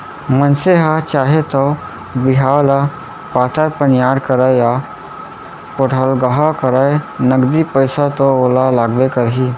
मनसे ह चाहे तौ बिहाव ल पातर पनियर करय या पोठलगहा करय नगदी पइसा तो ओला लागबे करही